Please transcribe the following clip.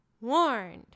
warned